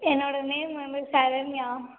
என்னுடைய நேம் வந்து சரண்யா